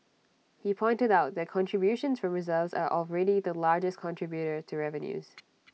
he pointed out that contributions from reserves are already the largest contributor to revenues